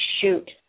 shoot